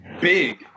big